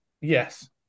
Yes